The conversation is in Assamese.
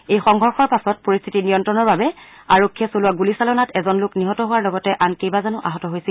এই সংঘৰ্ষৰ পাছত পৰিস্থিতি নিয়ন্ত্ৰণৰ বাবে আৰক্ষীয়ে চলোৱা গুলীচালনাত এজন লোক নিহত হোৱাৰ লগতে আন কেইবাজনো আহত হৈছিল